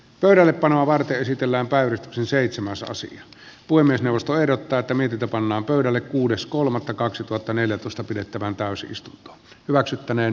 pöydällepanoa varten esitellään päivitetty seitsemäs osasi poimia neuvosto ehdottaa että mietitä pannaan pöydälle kuudes kolmatta kaksituhattaneljätoista pidettävään täysistunto hyväksyttäneen